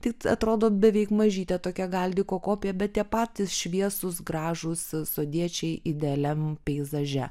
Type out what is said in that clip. tit atrodo beveik mažytė tokia galdiko kopija bet tie patys šviesūs gražūs sodiečiai idealiam peizaže